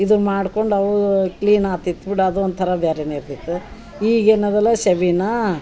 ಇದು ಮಾಡ್ಕೊಂಡು ಅವು ಕ್ಲೀನ್ ಆತಿತ್ತು ಬಿಡು ಅದು ಒಂಥರ ಬ್ಯಾರೆನೆ ಇರ್ತಿತ್ತು ಈಗ ಏನದಲ್ಲ ಸಬೀನಾ